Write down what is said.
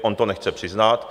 On to nechce přiznat.